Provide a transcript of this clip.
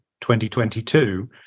2022